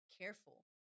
careful